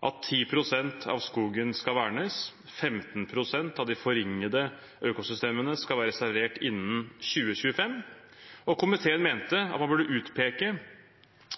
at 10 pst. av skogen skal vernes, og at 15 pst. av de forringede økosystemene skal være restaurert innen 2025. Komiteen mente at man burde utpeke